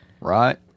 Right